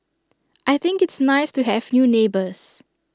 I think it's nice to have new neighbours